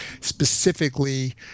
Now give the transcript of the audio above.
specifically